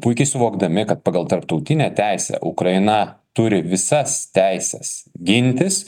puikiai suvokdami kad pagal tarptautinę teisę ukraina turi visas teises gintis